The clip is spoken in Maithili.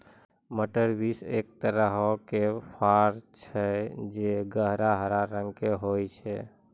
मटर बींस एक तरहो के फर छै जे गहरा हरा रंगो के होय छै